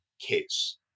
case